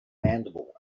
mandible